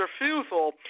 refusal